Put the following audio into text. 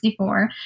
1964